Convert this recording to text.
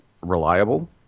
reliable